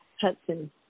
Hudson